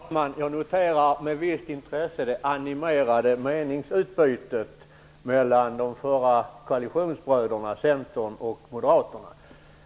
Herr talman! Jag noterar med visst intresse det animerade meningsutbytet mellan de förra koalitionsbröderna Centern och Moderaterna.